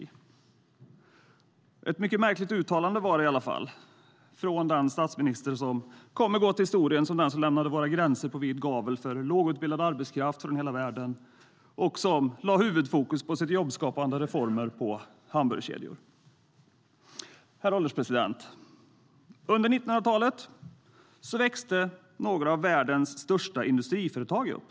Det var i alla fall ett mycket märkligt uttalande från den statsminister som kommer att gå till historien som den som lämnade våra gränser på vid gavel för lågutbildad arbetskraft från hela världen och som lade huvudfokus på sina jobbskapande reformer för hamburgerkedjor. Herr ålderspresident! Under 1900-talet växte några av världens största industriföretag upp.